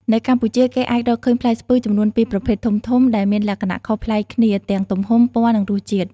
នៅកម្ពុជា គេអាចរកឃើញផ្លែស្ពឺចំនួន ២ ប្រភេទធំៗ ដែលមានលក្ខណៈខុសប្លែកគ្នាទាំងទំហំ ពណ៌ និងរសជាតិ។